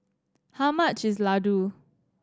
how much is laddu